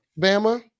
Bama